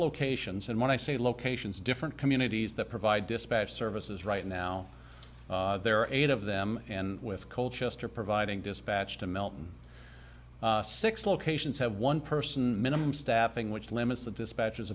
locations and when i say locations different communities that provide dispatch services right now there are eight of them and with call chester providing dispatch to melton six locations have one person minimum staffing which limits the dispatchers